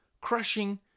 crushing